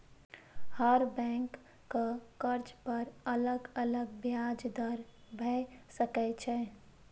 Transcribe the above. हर बैंकक कर्ज पर अलग अलग ब्याज दर भए सकै छै